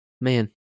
man